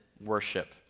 worship